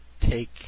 take